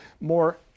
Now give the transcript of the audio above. more